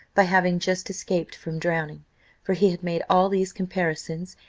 by having just escaped from drowning for he had made all these comparisons,